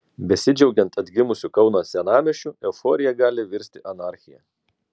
besidžiaugiant atgimusiu kauno senamiesčiu euforija gali virsti anarchija